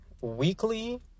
weekly